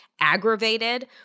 aggravated